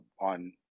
on